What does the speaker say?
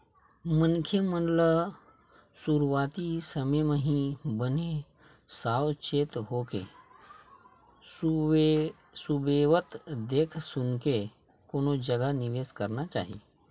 मनखे मन ल सुरुवाती समे म ही बने साव चेत होके सुबेवत देख सुनके कोनो जगा निवेस करना चाही